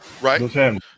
Right